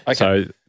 Okay